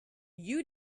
you